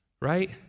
right